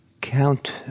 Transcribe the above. count